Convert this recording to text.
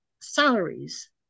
salaries